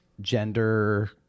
gender